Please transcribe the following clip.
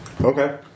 Okay